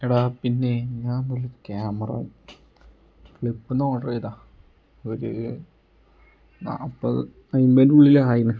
എടാ പിന്നെ ഞാൻ ക്യാമറ ഫ്ലിപ്പ്ന്ന് ഓർഡറെ ചെയ്ത ഒരു നാൽപ്പത് അൻപതിനുള്ളിൽ ആയിന്